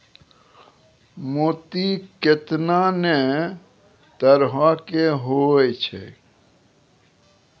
मोती केतना नै तरहो के होय छै